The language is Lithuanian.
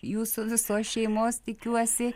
jūsų visos šeimos tikiuosi